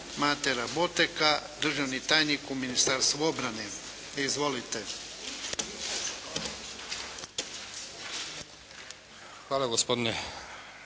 Mate Raboteg, državni tajnik u Ministarstvu obrane. Izvolite. **Raboteg,